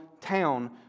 town